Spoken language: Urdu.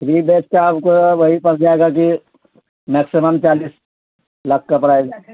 فری بیج کا آپ کو وہی پرس جائے گا کہ میکسیمم چالیس لاک کا پرائز گ